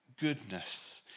goodness